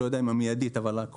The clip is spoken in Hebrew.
אני לא יודע אם המיידית אבל הקרובה,